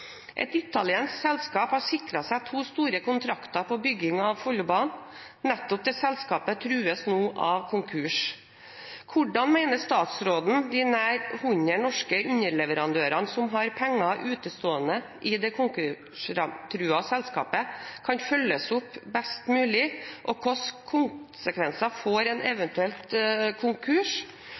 Et italiensk selskap har sikret seg to store kontrakter på bygging av Follobanen. Nettopp det selskapet trues nå av konkurs. Hvordan mener statsråden de nær 100 norske underleverandørene som har penger utestående i det konkurstruede selskapet, kan følges opp best mulig? Hvilke konsekvenser får en eventuell konkurs?